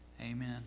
amen